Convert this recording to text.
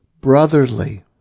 brotherly